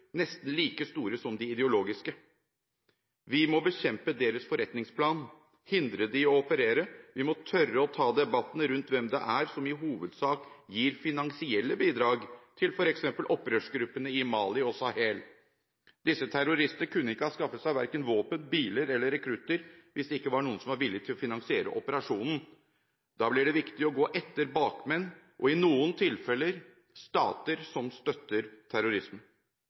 nesten like store som de ideologiske. Vi må bekjempe deres forretningsplan og hindre dem i å operere. Vi må tørre å ta debatten rundt hvem det er som i hovedsak gir finansielle bidrag til f.eks. opprørsgruppene i Mali og Sahel. Disse terroristene kunne ikke ha skaffet seg verken våpen, biler eller rekrutter hvis det ikke var noen som var villig til å finansiere operasjonen. Da blir det viktig å gå etter bakmenn og i noen tilfeller stater som støtter terrorisme.